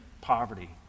poverty